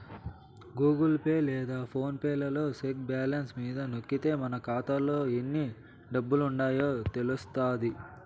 Google Pay లేదా PhonePe లలో check balance మీద నొక్కితే మన కాతాలో ఎన్ని డబ్బులుండాయో తెలస్తాది